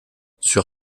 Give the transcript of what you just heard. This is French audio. sur